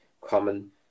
common